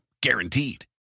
guaranteed